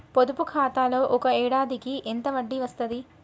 పొదుపు ఖాతాలో ఒక ఏడాదికి ఎంత వడ్డీ వస్తది?